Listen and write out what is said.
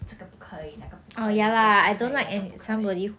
这个不可以那个不可以这个不可以那个不可以